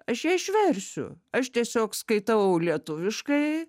aš ją išversiu aš tiesiog skaitau lietuviškai